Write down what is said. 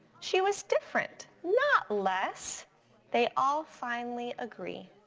she was different, not less they all finally agree.